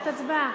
בסדר.